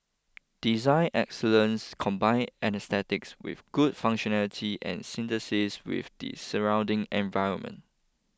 design excellence combine aesthetics with good functionality and synthesis with the surrounding environment